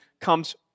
comes